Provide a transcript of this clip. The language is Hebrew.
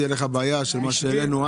את העניין של